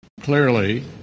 Clearly